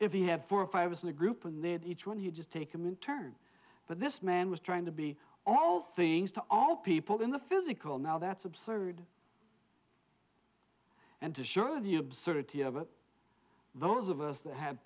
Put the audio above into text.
if we have four if i was in a group and they're each one you just take them in turn but this man was trying to be all things to all people in the physical now that's absurd and to show the absurdity of it those of us that ha